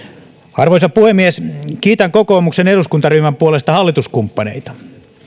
arvoisa puhemies kiitän kokoomuksen eduskuntaryhmän puolesta hallituskumppaneita